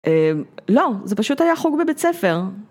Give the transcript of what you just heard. לא, זה פשוט היה חוג בבית ספר.